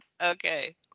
Okay